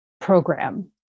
program